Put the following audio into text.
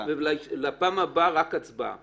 ובפעם הבאה רק הצבעה.